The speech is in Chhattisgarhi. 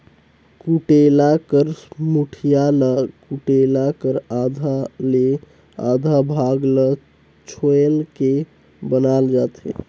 कुटेला कर मुठिया ल कुटेला कर आधा ले आधा भाग ल छोएल के बनाल जाथे